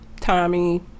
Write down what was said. Tommy